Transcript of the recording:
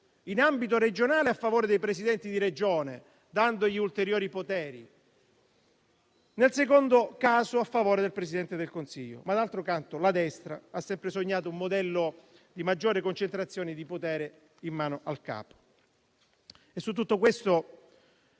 in ambito regionale a favore dei Presidenti di Regione dandogli ulteriori poteri, nel secondo caso a favore del Presidente del Consiglio. Ma d'altro canto la destra ha sempre sognato un modello di maggiore concentrazione di potere in mano al capo. Su tutto questo,